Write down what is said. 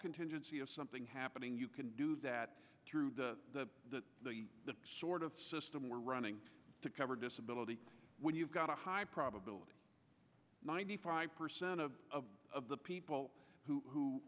contingency of something happening you can do that through the the sort of system we're running to cover disability when you've got a high probability ninety five percent of of the people who